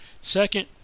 Second